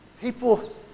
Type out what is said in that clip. People